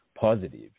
positive